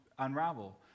unravel